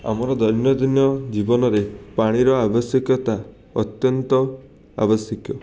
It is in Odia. ଆମର ଦୈନଦିନ ଜୀବନରେ ପାଣିର ଆବଶ୍ୟକତା ଅତ୍ୟନ୍ତ ଆବଶ୍ୟକୀୟ